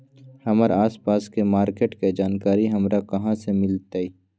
हमर आसपास के मार्किट के जानकारी हमरा कहाँ से मिताई?